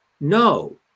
No